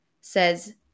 says